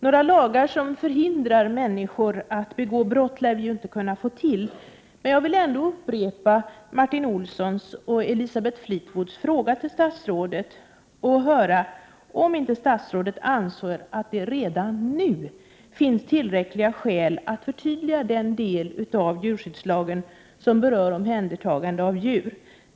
Några lagar som förhindrar att människor begår brott lär vi väl inte få, men jag vill ändå upprepa Martin Olssons och Elisabeth Fleetwoods fråga till statsrådet: Anser inte statsrådet att det redan nu finns tillräckliga skäl att förtydliga den del av djurskyddslagen som berör omhändertagande av djur?